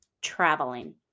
traveling